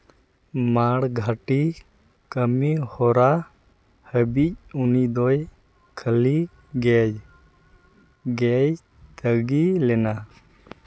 ᱢᱟᱲᱜᱷᱟᱹᱴᱤ ᱠᱟᱹᱢᱤᱦᱚᱨᱟ ᱦᱟᱹᱵᱤᱡ ᱩᱱᱤᱫᱚᱭ ᱠᱷᱟᱹᱞᱤᱜᱮᱭ ᱜᱮᱭ ᱛᱟᱹᱜᱤᱞᱮᱱᱟ